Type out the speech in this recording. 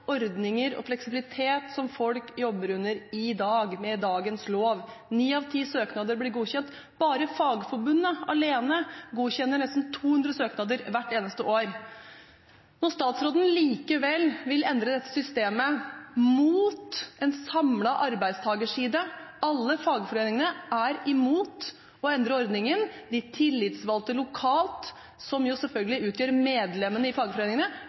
ordninger – og fleksibilitet – som folk jobber under i dag, med dagens lov. Ni av ti søknader blir godkjent. Bare Fagforbundet alene godkjenner nesten 200 søknader hvert eneste år. Statsråden vil likevel endre dette systemet, mot en samlet arbeidstakerside. Alle fagforeningene er imot å endre ordningen. De tillitsvalgte lokalt, som jo selvfølgelig utgjør medlemmene i fagforeningene,